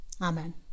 Amen